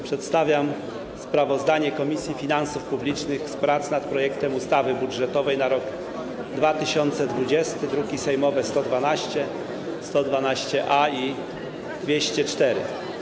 Przedstawiam sprawozdanie Komisji Finansów Publicznych z prac nad projektem ustawy budżetowej na rok 2020, druki sejmowe nr 112, 112-A i 204.